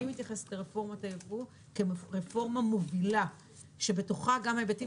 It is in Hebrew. אני מתייחסת לרפורמת היבוא כרפורמה מובילה שבתוכה גם היבטים